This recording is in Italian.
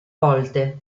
volte